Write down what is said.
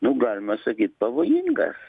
nu galima sakyt pavojingas